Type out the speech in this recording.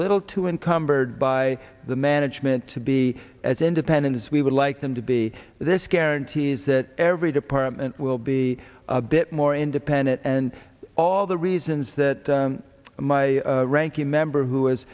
little too encumbered by the management to be as independent as we would like them to be this guarantees that every department will be a bit more independent and all the reasons that my ranking member who has